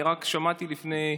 שמעתי רק לפני,